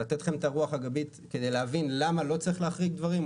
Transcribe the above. לתת לכם את הרוח הגבית כדי להבין למה לא צריך להחריג דברים,